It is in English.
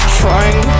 trying